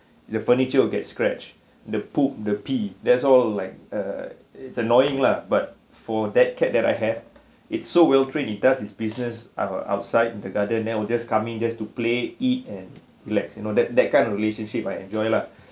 the furniture will get scratch the poop the pee that's all like uh it's annoying lah but for that cat that I have it so well train it does his business uh outside the garden then will just coming just to play eat and relax you know that that kind of relation she might enjoy lah